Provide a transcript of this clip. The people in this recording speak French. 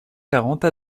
quarante